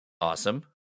Awesome